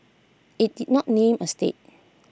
IT did not name A state